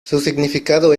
significado